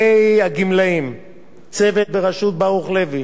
צוות בראשות ברוך לוי, אני רואה אותו יושב שם,